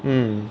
mm